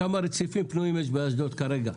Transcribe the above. כמה רציפים פנויים יש באשדוד כרגע?